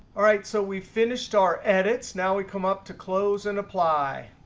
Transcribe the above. all right, so we finished our edits. now we come up to close and apply.